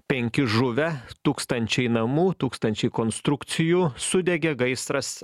penki žuvę tūkstančiai namų tūkstančiai konstrukcijų sudegė gaisras